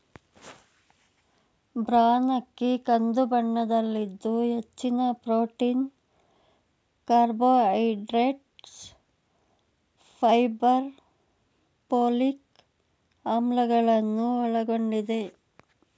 bran ಅಕ್ಕಿ ಕಂದು ಬಣ್ಣದಲ್ಲಿದ್ದು ಹೆಚ್ಚಿನ ಪ್ರೊಟೀನ್, ಕಾರ್ಬೋಹೈಡ್ರೇಟ್ಸ್, ಫೈಬರ್, ಪೋಲಿಕ್ ಆಮ್ಲಗಳನ್ನು ಒಳಗೊಂಡಿದೆ